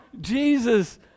Jesus